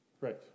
Right